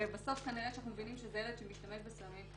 ובסוף אנחנו מבינים שזה ילד שמשתמש בסמים.